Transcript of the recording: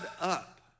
up